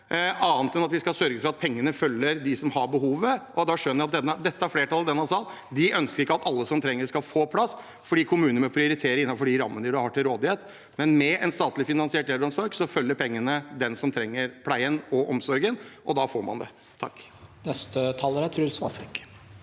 annet enn at vi skal sørge for at pengene følger dem som har behovet. Jeg skjønner at flertallet i denne sal ikke ønsker at alle som trenger det, skal få plass, fordi kommunene må prioritere innenfor de rammene de har til rådighet – men med en statlig finansiert eldreomsorg følger pengene den som trenger pleien og omsorgen, og da får man det. Truls